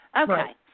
Okay